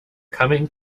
coming